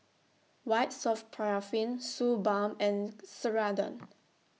White Soft Paraffin Suu Balm and Ceradan